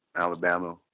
Alabama